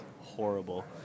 horrible